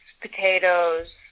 potatoes